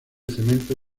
cemento